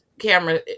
camera